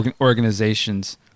organizations